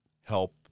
help